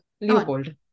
Leopold